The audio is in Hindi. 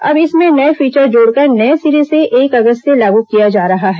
अब इसमें नये फीचर जोड़कर नये सिरे से एक अगस्त से लागू किया जा रहा है